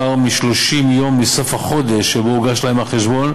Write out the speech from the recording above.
מ-30 ימים מסוף החודש שבו הוגש להם החשבון,